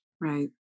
Right